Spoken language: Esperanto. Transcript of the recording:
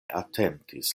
atentis